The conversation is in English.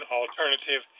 alternative